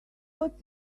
got